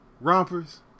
rompers